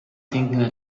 sinkende